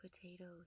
potatoes